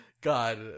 God